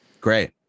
Great